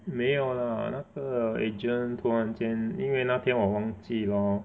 没有 lah 那个 agent 突然间因为那天我忘记 lor